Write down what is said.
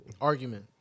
argument